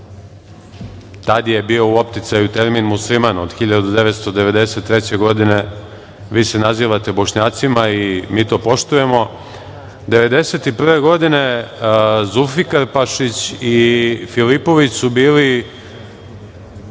tad je bio u opticaju termin Musliman, od 1993. godine vi se nazivate Bošnjacima i mi to poštujemo, 1991. godine Zulfikarpašić i Filipović su bili